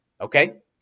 Okay